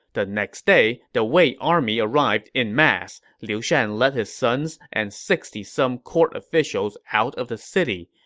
the next day, the wei army arrived en masse. liu shan led his sons and sixty some court officials out of the city.